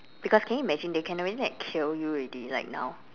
because can you imagine they can already like kill you already like now